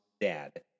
dad